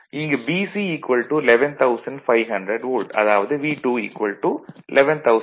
இங்கு BC 11500 volt அதாவது V2 11500 volt